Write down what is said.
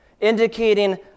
indicating